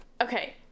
Okay